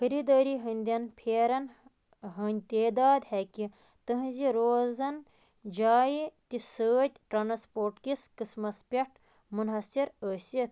خٔریٖدٲری ہٕنٛدٮ۪ن پھیرَن ہٕنٛدۍ تعداد ہٮ۪كہِ تٕہٕنٛزِ روزَن جایہِ تہِ سۭتۍ ٹرٛانسپوٹ كِس قٕسمَس پٮ۪ٹھ مُنحصِر ٲسِتھ